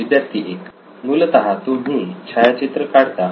विद्यार्थी 1 मूलतः तुम्ही छायाचित्र काढता आणि